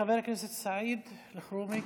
חבר הכנסת סעיד אלחרומי,